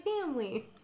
family